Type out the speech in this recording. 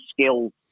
skills